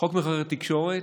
חוק נתוני תקשורת